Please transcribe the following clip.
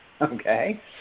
okay